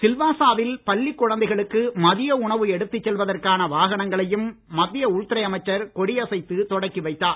சில்வாசா வில் பள்ளி குழந்தைகளுக்கு மதிய உணவு எடுத்துச் செல்வதற்கான வாகனங்களையும் மத்திய உள்துறை அமைச்சர் கொடியசைத்து தொடக்கி வைத்தார்